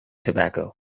tobacco